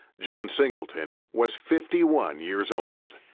john singleton was fifty one years old.